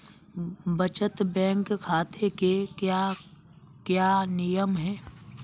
बचत बैंक खाते के क्या क्या नियम हैं?